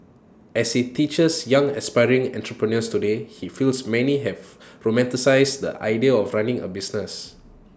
as he teaches young aspiring entrepreneurs today he feels many have romanticised the idea of running A business